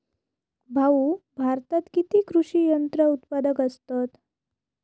भाऊ, भारतात किती कृषी यंत्रा उत्पादक असतत